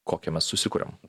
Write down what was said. kokią mes susikuriam